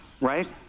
right